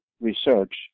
research